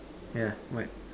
yeah what